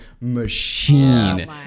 machine